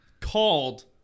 called